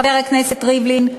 חבר הכנסת ריבלין,